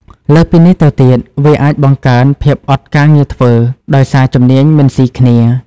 លើសពីនេះទៅទៀត វាអាចបង្កើន ភាពអត់ការងារធ្វើដោយសារជំនាញមិនស៊ីគ្នា ។